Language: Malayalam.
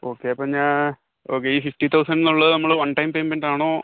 ഓക്കെ അപ്പം ഞാൻ ഓക്കെ ഈ ഫിഫ്റ്റി തൗസൻഡീന്ന് ഉള്ളത് നമ്മൾ വൺ ടൈം പേയ്മെൻറ്റ് ആണോ